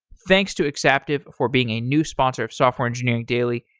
thanks to exaptive for being a new sponsor of software engineering daily.